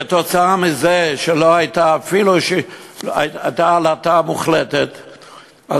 מכיוון שהייתה עלטה מוחלטת,